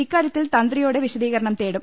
ഇക്കാര്യത്തിൽ തന്ത്രിയോട് വിശദീകരണം തേടും